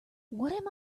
what